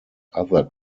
other